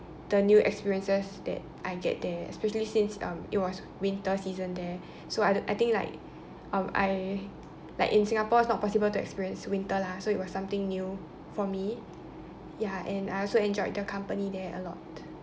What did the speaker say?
the new experiences that I get there especially since um it was winter season there so I I think like um I like in Singapore it's not possible to experience winter lah so it was something new for me ya and I also enjoyed the company there a lot